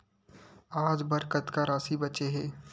आज बर कतका राशि बचे हे?